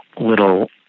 little